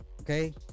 Okay